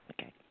Okay